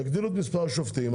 יגדילו את מספר השופטים.